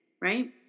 Right